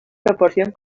proporción